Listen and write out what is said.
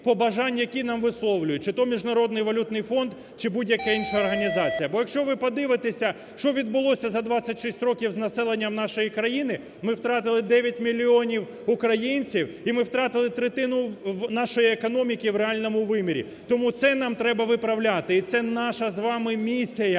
які нам висловлюють, чи то Міжнародний валютний фонд, чи будь-яка інша організація. Бо, якщо ви подивитеся, що відбулося з 26 років з населенням нашої країни, ми втратили 9 мільйонів українців і ми втратили третину нашої економіки в реальному вимірі. Тому це нам треба виправляти, і це наша з вами місія